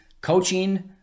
coaching